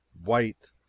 white